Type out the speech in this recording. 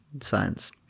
science